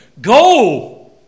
Go